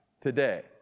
today